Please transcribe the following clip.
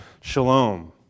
shalom